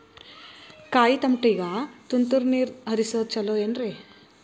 ಕಾಯಿತಮಾಟಿಗ ತುಂತುರ್ ನೇರ್ ಹರಿಸೋದು ಛಲೋ ಏನ್ರಿ?